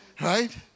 Right